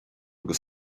agus